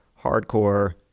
hardcore